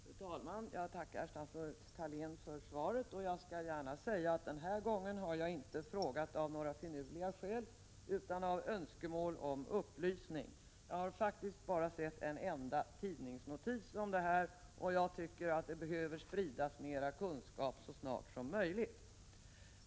Fru talman! Jag tackar statsrådet Thalén för svaret. Jag skall gärna säga att jag den här gången inte har frågat av några finurliga skäl utan av en önskan om upplysning. Jag har faktiskt bara sett en enda tidningsnotis om Forum och tycker att det behöver spridas mera kunskap så snart som möjligt.